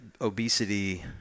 obesity